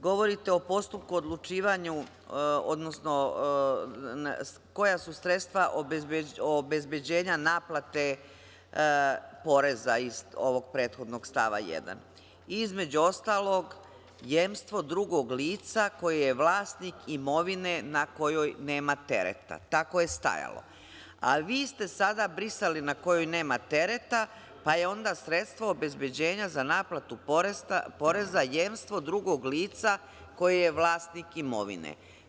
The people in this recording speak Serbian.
Govorite o postupku o odlučivanju, odnosno koja su sredstva obezbeđenja naplate poreza iz ovog prethodnog stava 1. Između ostalog, jemstvo drugo lica koje je vlasnik imovine na kojoj nema tereta, tako je stajalo, a vi ste sada brisali – na kojoj nema tereta, pa je onda sredstvo obezbeđenja za naplatu poreza jemstvo drugog lica koje je vlasnik imovine.